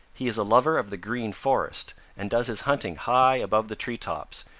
he is a lover of the green forest and does his hunting high above the tree-tops,